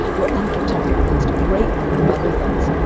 you are unprotected against a great number of other things.